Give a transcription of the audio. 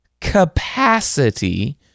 capacity